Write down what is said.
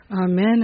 Amen